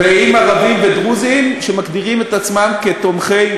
ועם ערבים ודרוזים שמגדירים את עצמם כתומכי